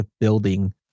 building